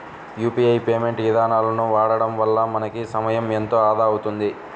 UPI payment ఇదానాలను వాడడం వల్ల మనకి సమయం ఎంతో ఆదా అవుతుంది